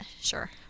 Sure